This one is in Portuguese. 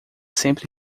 sempre